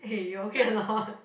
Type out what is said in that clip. eh you okay or not